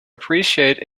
appreciate